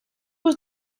was